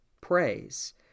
praise